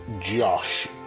Josh